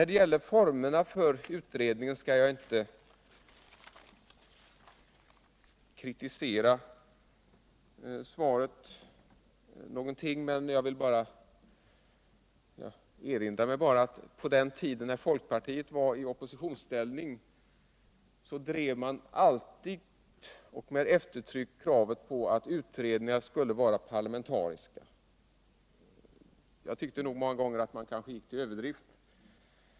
Beträffande formerna för utredningen skall jag inte kritisera svaret. Men på den tiden när folkpartiet var i opposition drev man alltid kravet på parlamentariska utredningar. Många gånger tyckte jag nog att man gick till överdrift.